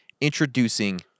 Introducing